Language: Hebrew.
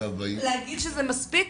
להגיד שזה מספיק?